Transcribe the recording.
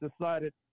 decided